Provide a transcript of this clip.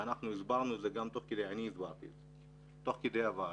ואני הסברתי את זה תוך כדי הוועדה,